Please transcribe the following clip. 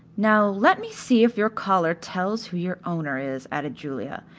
now let me see if your collar tells who your owner is, added julia,